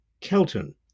Kelton